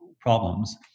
problems